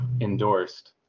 endorsed